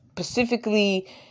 Specifically